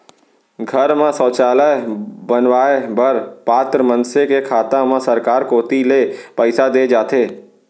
घर म सौचालय बनवाए बर पात्र मनसे के खाता म सरकार कोती ले पइसा दे जाथे